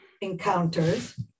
encounters